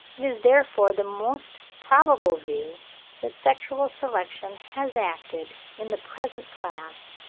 it is, therefore, the most probable view that sexual selection has acted, in the present class,